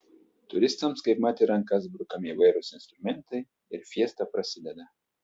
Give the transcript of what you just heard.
turistams kaipmat į rankas brukami įvairūs instrumentai ir fiesta prasideda